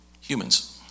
humans